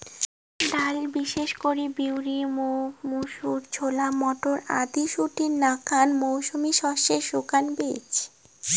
ডাইল বিশেষ করি বিউলি, মুগ, মুসুর, ছোলা, মটর আদি শুটির নাকান মৌসুমী শস্যের শুকান বীচি